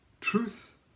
Truth